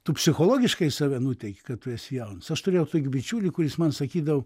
tu psichologiškai save nuteiki kad tu esi jaunas aš turėjau bičiulį kuris man sakydavo